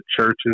churches